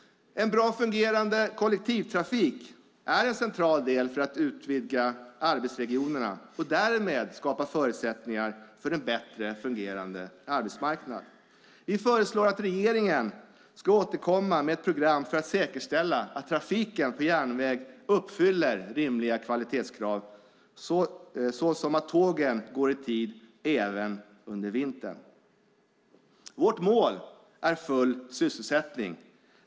En väl fungerande kollektivtrafik är en central del för att utvidga arbetsregionerna och därmed skapa förutsättningar för en bättre fungerande arbetsmarknad. Vi föreslår regeringen att återkomma med ett program för att säkerställa att trafiken på järnväg uppfyller rimliga kvalitetskrav, såsom att tågen går i tid även på vintern. Vårt mål är full sysselsättning.